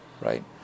right